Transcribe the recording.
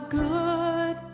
good